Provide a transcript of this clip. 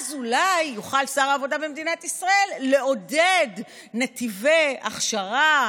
ואז אולי יוכל שר העבודה במדינת ישראל לעודד נתיבי הכשרה,